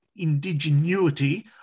Indigenuity